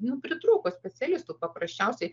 nu pritrūko specialistų paprasčiausiai